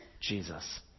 Jesus